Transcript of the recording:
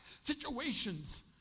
situations